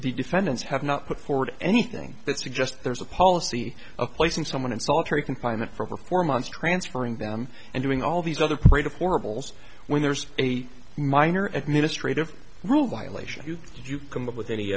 defendants have not put forward anything that suggests there's a policy of placing someone in solitary confinement for four months transferring them and doing all these other parade of horribles when there's a minor administrate of rule violation did you come up with any